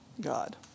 God